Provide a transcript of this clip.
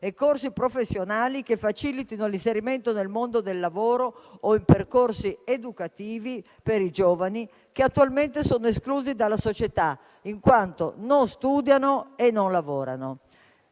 e corsi professionali che facilitino l'inserimento nel mondo del lavoro o in percorsi educativi per i giovani che attualmente sono esclusi dalla società, in quanto non studiano e non lavorano.